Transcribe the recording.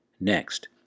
Next